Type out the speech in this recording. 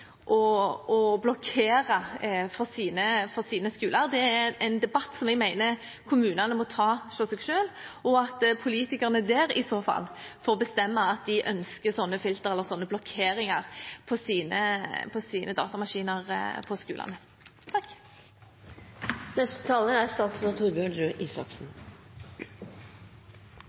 kommunene å blokkere dette for sine skoler. Det er en debatt jeg mener kommunene må ta for seg selv, og at politikerne der i så fall får bestemme at de ønsker slike filtre eller blokkeringer på sine datamaskiner på skolene. Jeg mener det er